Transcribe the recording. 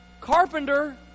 Carpenter